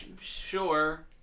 sure